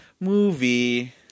movie